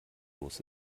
los